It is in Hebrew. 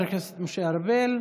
תודה, חבר הכנסת משה ארבל.